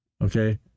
Okay